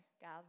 God